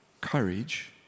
courage